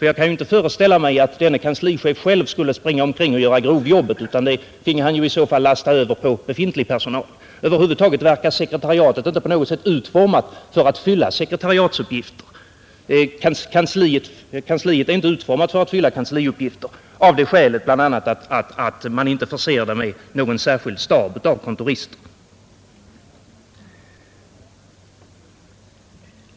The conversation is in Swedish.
Jag kan inte föreställa mig att denne kanslichef själv skulle springa omkring och göra grovjobbet, utan det finge han i så fall lasta över på befintlig personal. Över huvud taget verkar kansliet inte utformat för att fylla kansliuppgifter, bl.a. av det skälet att det inte försetts med någon särskild stab av kontorister.